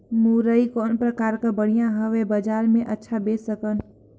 मुरई कौन प्रकार कर बढ़िया हवय? बजार मे अच्छा बेच सकन